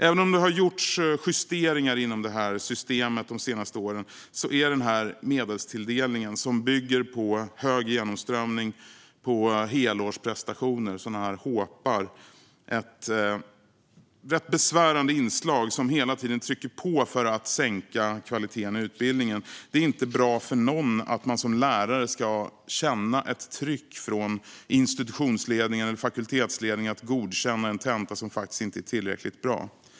Även om det har gjorts justeringar inom systemet de senaste åren är denna medelstilldelning, som bygger på hög genomströmning och helårsprestationer, HÅP:ar, ett rätt besvärande inslag som hela tiden trycker på för att sänka kvaliteten i utbildningen. Det är inte bra för någon att man som lärare ska känna ett tryck från institutions eller fakultetsledningen att godkänna en tenta som faktiskt inte är tillräckligt bra.